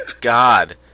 God